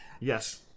Yes